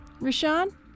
Rashawn